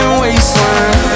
wasteland